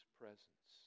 presence